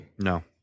No